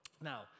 Now